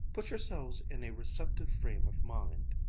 put yourselves in a receptive frame of mind,